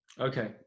Okay